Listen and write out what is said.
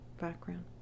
background